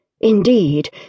Indeed